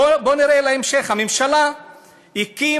בואו נראה להמשך: הממשלה הקימה,